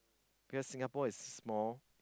because Singapore is small